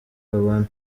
babana